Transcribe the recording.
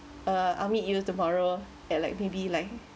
uh I meet you tomorrow at like maybe like